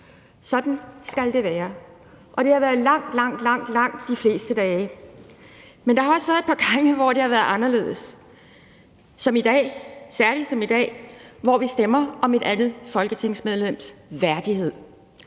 Sådan skal det være. Og sådan har det været langt, langt de fleste dage. Men der har også været et par gange, hvor det har været anderledes – særlig som i dag, hvor vi stemmer om et andet folketingsmedlems værdighed.